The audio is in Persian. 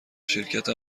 شرکت